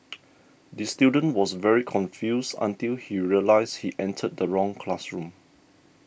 the student was very confused until he realised he entered the wrong classroom